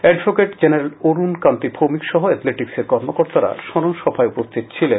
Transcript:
advocate general Arun Kanti Bhowmik সহ এথলেটিক্সের কর্মকর্তারা স্মরণ সভায় উপস্থিত ছিলেন